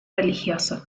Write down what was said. religioso